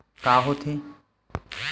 का होथे?